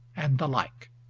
and the like.